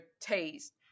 taste